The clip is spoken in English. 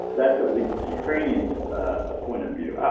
that's at least the ukrainian's ah point of view,